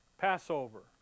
Passover